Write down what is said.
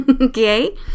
okay